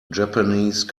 japanese